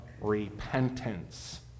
repentance